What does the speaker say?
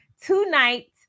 tonight